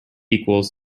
equals